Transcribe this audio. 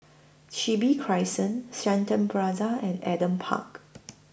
Chin Bee Crescent Shenton Plaza and Adam Park